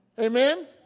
Amen